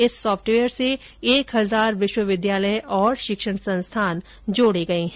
इस सॉफ्टवेयर से एक हजार विश्वविद्यालय और शिक्षण संस्थान जोड़े गये हैं